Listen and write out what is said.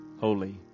holy